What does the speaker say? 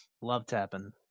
love-tapping